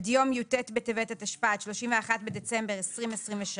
עד יום י"ט בטבת התשפ"ד (31 בדצמבר 2023),